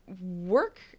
work